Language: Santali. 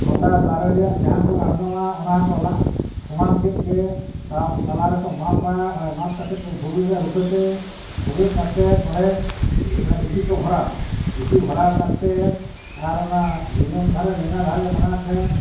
ᱜᱚᱴᱟ ᱫᱟᱨᱮ ᱨᱮᱭᱟᱜ ᱡᱟᱦᱟᱸ ᱠᱚ ᱟᱬᱜᱚᱢᱟ ᱚᱱᱟ ᱠᱚ ᱞᱟᱜ ᱥᱚᱢᱟᱱ ᱠᱮᱫ ᱜᱮ ᱛᱟ ᱛᱟᱞᱟᱨᱮᱠᱚ ᱢᱟᱯᱟ ᱚᱸᱰᱮ ᱢᱟᱯ ᱠᱟᱛᱮᱫ ᱠᱚ ᱵᱷᱩᱜᱟᱹᱜᱟ ᱨᱩᱠᱷᱟᱹᱛᱮ ᱵᱷᱩᱜᱟᱹᱜ ᱠᱟᱛᱮᱫ ᱚᱸᱰᱮ ᱚᱱᱟ ᱤᱥᱤ ᱠᱚ ᱵᱷᱚᱨᱟᱣᱟ ᱤᱥᱤ ᱵᱷᱚᱨᱟᱣ ᱠᱟᱛᱮᱫ ᱟᱨ ᱚᱱᱟ ᱡᱚᱡᱚᱢ ᱫᱷᱟᱨᱮ ᱞᱮᱸᱜᱟ ᱫᱷᱟᱨᱮ ᱵᱟᱱᱟᱨ ᱴᱷᱮᱱ